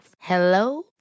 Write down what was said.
Hello